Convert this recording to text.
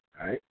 right